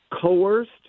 coerced